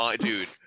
Dude